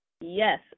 Yes